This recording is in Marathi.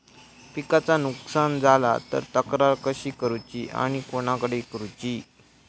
पिकाचा नुकसान झाला तर तक्रार कशी करूची आणि कोणाकडे करुची?